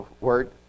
word